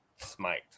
Smite